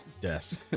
Desk